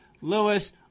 lewis